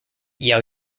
yale